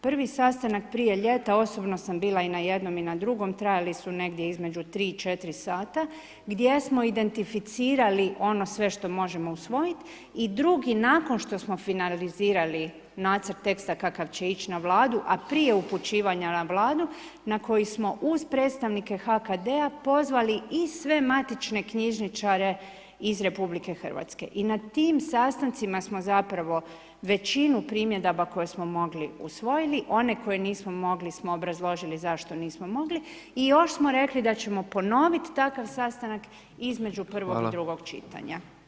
Prvi sastanak prije ljeta osobno sam bila i na jednom i na drugom, trajali su negdje između 3 i 4 sata gdje smo identificirali oni sve što možemo usvojiti i drugi nakon što smo finalizirali nacrt teksta kakav će ić na Vladu a prije upućivanja na Vladu, na koji smo uz predstavnike HKD-a pozvali i sve matične knjižničare iz RH i na tim sastancima smo zapravo većinu primjedaba koje smo mogli usvojili, one koji nismo mogli smo obrazložili zašto nismo mogli i još smo rekli da ćemo ponoviti takav sastanak između prvog i drugog čitanja.